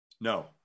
No